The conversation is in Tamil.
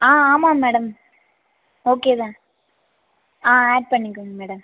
ஆ ஆமாம் மேடம் ஓகே தான் ஆ ஆட் பண்ணிக்கோங்க மேடம்